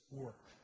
work